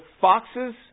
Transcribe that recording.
foxes